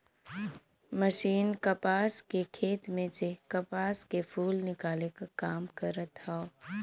machine कपास के खेत में से कपास के फूल निकाले क काम करत हौ